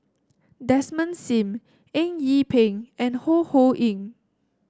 Desmond Sim Eng Yee Peng and Ho Ho Ying